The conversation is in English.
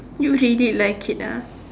you really like it ah